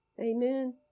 Amen